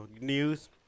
news